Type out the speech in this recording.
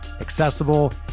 accessible